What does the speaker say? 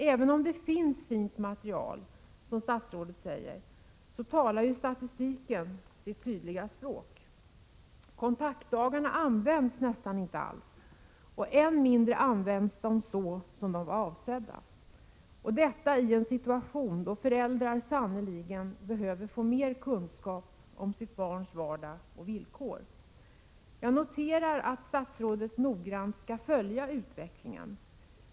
Även om det finns fint material, som statsrådet säger, talar statistiken sitt tydliga språk. Kontaktdagarna används nästan inte alls. Än mindre används de så som de var avsedda att användas — och detta i en situation då föräldrar sannerligen behöver få mer kunskap om sitt barns vardag och villkor. Jag noterar att statsrådet noggrant skall följa utvecklingen.